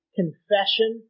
confession